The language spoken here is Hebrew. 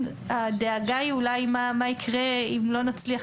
הדאגה היא אולי מה יקרה אם לא נצליח